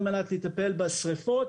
על מנת לטפל בשריפות.